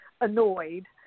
annoyed